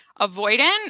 avoidant